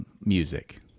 music